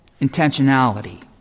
intentionality